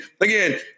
Again